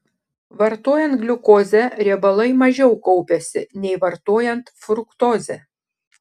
vartojant gliukozę riebalai mažiau kaupiasi nei vartojant fruktozę